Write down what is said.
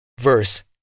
verse